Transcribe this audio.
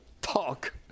talk